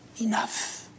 Enough